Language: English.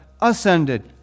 ascended